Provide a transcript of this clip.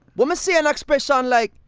when me say an expression like,